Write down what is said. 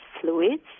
fluids